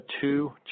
two